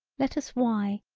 let us why,